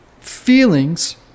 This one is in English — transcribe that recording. Feelings